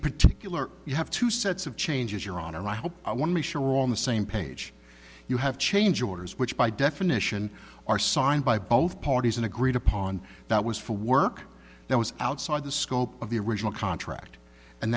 particular you have two sets of changes your honor i hope i want to be sure on the same page you have change orders which by definition are signed by both parties an agreed upon that was for work that was outside the scope of the original contract and